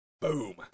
Boom